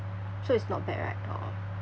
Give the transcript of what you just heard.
so it's not bad right